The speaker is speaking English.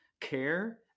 care